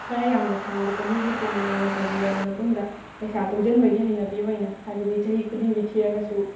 ꯈꯔ ꯌꯥꯝꯅ ꯁꯥꯡꯕ ꯆꯍꯤꯒꯤ ꯄ꯭ꯂꯥꯟ ꯑꯣꯏꯅ ꯇꯧꯕꯤꯔꯕ ꯃꯇꯨꯡꯗ ꯄꯩꯁꯥ ꯇꯨꯡꯁꯤꯟꯕꯒꯤ ꯍꯩꯅꯕꯤ ꯑꯣꯏꯅ ꯍꯥꯏꯕꯗꯤ ꯆꯍꯤ ꯈꯨꯗꯤꯡꯒꯤ ꯊꯤꯔꯒꯁꯨ